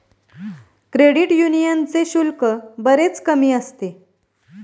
credit यूनियनचे शुल्क बरेच कमी असते